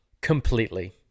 completely